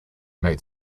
made